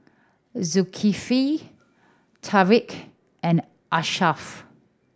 Zulkifli Taufik and Ashraf